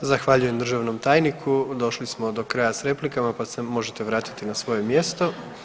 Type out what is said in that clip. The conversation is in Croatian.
Zahvaljujem državnom tajniku, došli smo do kraja sa replikama, pa se možete vratiti na svoje mjesto.